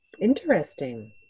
Interesting